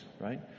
right